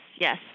yes